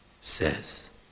says